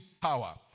power